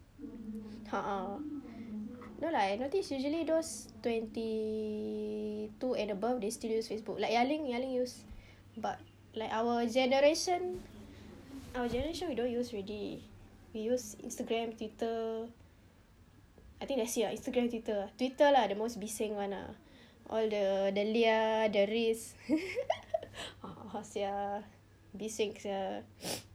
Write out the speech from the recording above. a'ah no lah I notice usually those twenty two and above they still use facebook like ya ling ya ling use but like our generation our generation we don't use already we use instagram twitter I think that's it lah instagram twitter lah twitter lah the most bising [one] lah all the leah the riz sia bising sia